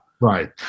Right